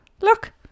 Look